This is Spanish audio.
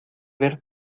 ver